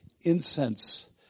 incense